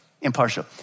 impartial